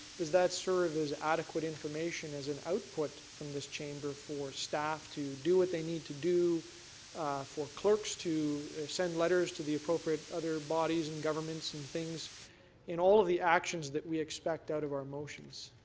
does that serve as adequate information as an out put from this chamber for staff to do what they need to do for clerks to send letters to the appropriate other bodies and governments and things in all of the actions that we expect out of our motions?